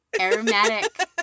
Aromatic